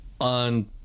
on